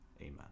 Amen